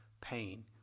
pain